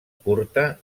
curta